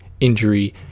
injury